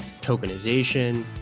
tokenization